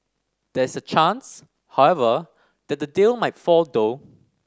there is a chance however that the deal might fall through